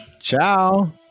Ciao